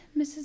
Mrs